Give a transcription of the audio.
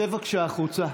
צא בבקשה החוצה.